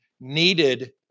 needed